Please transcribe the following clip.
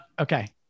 Okay